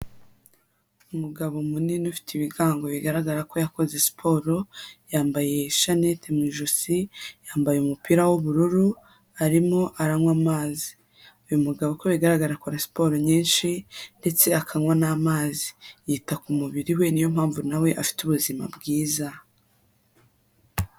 Umugabo munini ufite ibigango bigaragara ko yakoze siporo, yambaye ishanete mu ijosi, yambaye umupira w'ubururu, arimo aranywa amazi. Uyu mugabo uko bigaragara akora siporo nyinshi ndetse akanywa n'amazi. Yita ku mubiri we ni yo mpamvu na we afite ubuzima bwiza.